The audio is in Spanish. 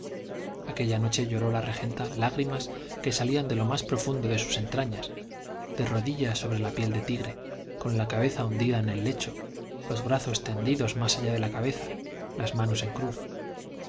aquella noche lloró la regenta lágrimas que salían de lo más profundo de sus entrañas de rodillas sobre la piel de tigre con la cabeza hundida en el lecho los brazos tendidos más allá de la cabeza las manos en cruz